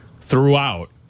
throughout